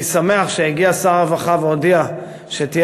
אני שמח שהגיע שר הרווחה והודיע שתהיה